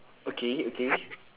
okay okay